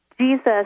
Jesus